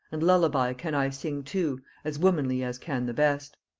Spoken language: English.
and lullaby can i sing too as womanly as can the best.